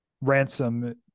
Ransom